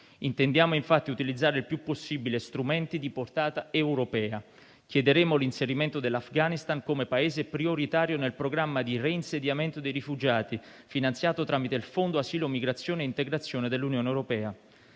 Intendiamo infatti utilizzare il più possibile strumenti di portata europea. Chiederemo l'inserimento dell'Afghanistan come Paese prioritario nel programma di reinsediamento dei rifugiati finanziato tramite il Fondo per l'asilo, la migrazione e l'integrazione dell'Unione europea.